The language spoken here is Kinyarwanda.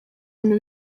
bintu